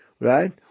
right